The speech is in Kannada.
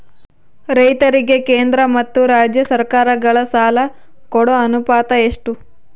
ರೈತರಿಗೆ ಕೇಂದ್ರ ಮತ್ತು ರಾಜ್ಯ ಸರಕಾರಗಳ ಸಾಲ ಕೊಡೋ ಅನುಪಾತ ಎಷ್ಟು?